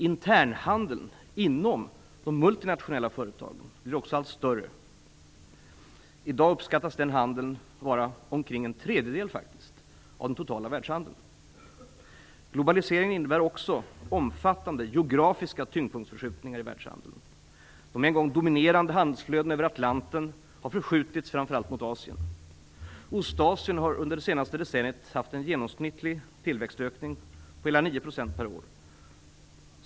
Internhandeln inom de multinationella företagen blir också allt större. I dag uppskattas den handeln vara omkring en tredjedel av den totala världshandeln. Globalisering innebär också omfattande geografiska tyngdpunktsförskjutningar i världshandeln. De en gång dominerande handelsflödena över Atlanten har förskjutits mot framför allt Asien. Ostasien har under det senaste decenniet haft en genomsnittlig tillväxtökning på hela 9 % per år.